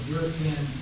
European